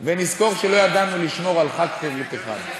ונזכור שלא ידענו לשמור על חג חירות אחד.